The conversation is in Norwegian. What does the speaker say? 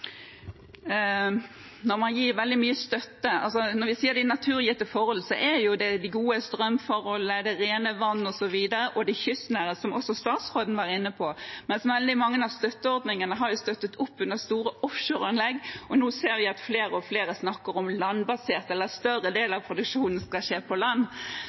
Når vi sier «naturgitte forhold», er det de gode strømforholdene, det rene vannet osv., og det kystnære, som også statsråden var inne på, mens veldig mange av støtteordningene har støttet opp under store offshoreanlegg. Nå ser vi at flere og flere snakker om landbaserte anlegg eller at større deler av produksjonen skal skje på land,